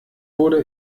wurde